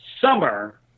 summer